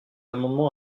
amendement